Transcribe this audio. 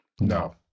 No